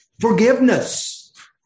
forgiveness